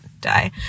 die